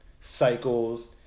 cycles